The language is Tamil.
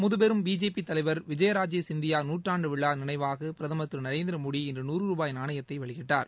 முதுபெரும் பிஜேபி தலைவர் விஜயராஜே சிந்தியா நுற்றாண்டு விழா நினைவாக பிரதமர் திரு நரேந்திரமோடி இன்று நூறு ரூபாய் நாணயத்தை வெளியிட்டார்